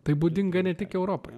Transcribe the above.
tai būdinga ne tik europai